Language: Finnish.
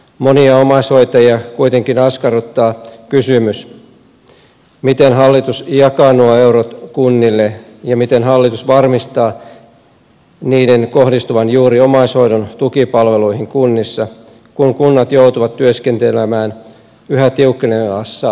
monia omaishoitajia kuitenkin askarruttaa kysymys miten hallitus jakaa nuo eurot kunnille ja miten hallitus varmistaa niiden kohdistuvan juuri omaishoidon tukipalveluihin kunnissa kun kunnat joutuvat työskentelemään yhä tiukkenevassa taloustilanteessa